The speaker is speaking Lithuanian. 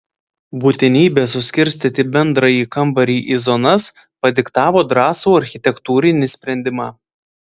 būtinybė suskirstyti bendrąjį kambarį į zonas padiktavo drąsų architektūrinį sprendimą